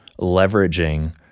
leveraging